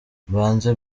mbanze